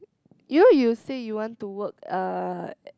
you know you say you want to work uh